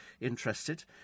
interested